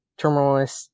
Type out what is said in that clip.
Terminalist